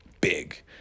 big